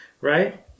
right